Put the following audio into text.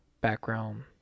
background